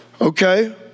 okay